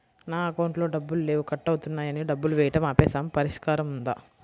నా అకౌంట్లో డబ్బులు లేవు కట్ అవుతున్నాయని డబ్బులు వేయటం ఆపేసాము పరిష్కారం ఉందా?